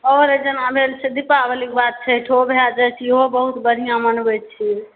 और जेना भेल दीपावलीकेँ बाद छठिओ भए जाइ छी सेहो बहुत बढ़िऑं मनबै छी